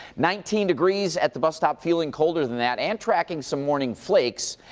nineteen degrees at the bus stop, feeling kohler than that and tracking so morning flakes.